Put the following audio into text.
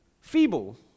feeble